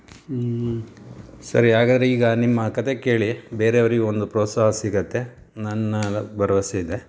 ಹ್ಞೂ ಸರಿ ಹಾಗಾದರೆ ಈಗ ನಿಮ್ಮ ಕತೆ ಕೇಳಿ ಬೇರೆಯವ್ರಿಗೆ ಒಂದು ಪ್ರೋತ್ಸಾಹ ಸಿಗುತ್ತೆ ನನ್ನ ಭರವಸೆ ಇದೆ